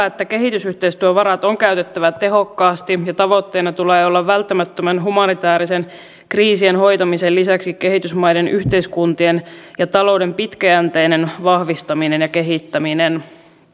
että kehitysyhteistyövarat on käytettävä tehokkaasti ja tavoitteena tulee olla välttämättömän humanitaaristen kriisien hoitamisen lisäksi kehitysmaiden yhteiskuntien ja talouden pitkäjänteinen vahvistaminen ja kehittäminen